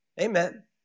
Amen